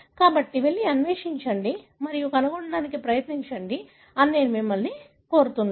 కాబట్టి వెళ్లి అన్వేషించండి మరియు కనుగొనడానికి ప్రయత్నించండి అని నేను మిమ్మల్ని కోరుతున్నాను